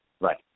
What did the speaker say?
Right